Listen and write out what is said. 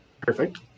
Perfect